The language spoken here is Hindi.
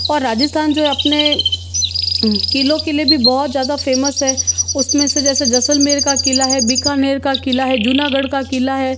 और राजस्थान जो अपने क़िलों के लिए भी बहुत ज़्यादा फेमस है उस में से जैसे जैसलमेर का क़िला है बीकानेर का क़िला है जूनागढ़ का क़िला है